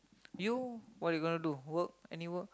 you what you gonna do work any work